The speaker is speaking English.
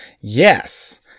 Yes